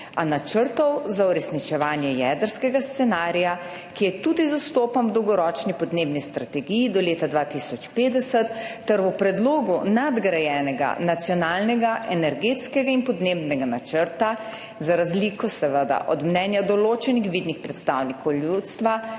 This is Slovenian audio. A načrtov za uresničevanje jedrskega scenarija, ki je tudi zastopan v Dolgoročni podnebni strategiji Slovenije do leta 2050 ter v predlogu nadgrajenega Nacionalnega energetskega in podnebnega načrta, za razliko seveda od mnenja določenih vidnih predstavnikov ljudstva,